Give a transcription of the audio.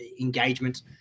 engagement